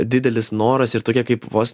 didelis noras ir tokia kaip vos